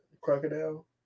Crocodile